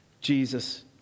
Jesus